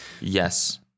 Yes